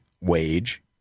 wage